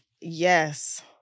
Yes